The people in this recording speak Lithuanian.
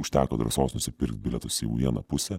užteko drąsos nusipirkt bilietus į vieną pusę